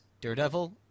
Daredevil